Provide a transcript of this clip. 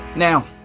Now